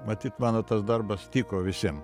matyt mano tas darbas tiko visiem